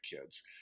kids